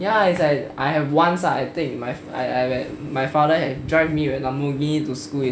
ya it's like I have once ah I take my father have drive me with lamborghini to school